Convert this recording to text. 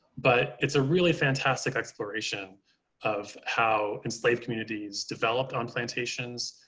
but it's a really fantastic exploration of how enslaved communities developed on plantations,